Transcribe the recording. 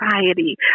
society